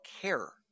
care